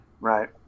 Right